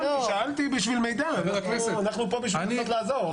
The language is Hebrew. אנחנו פה בשביל לנסות לעזור.